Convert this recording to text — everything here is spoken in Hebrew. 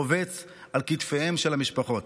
עוול כבד מנשוא, שרובץ על כתפיהן של המשפחות.